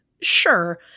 Sure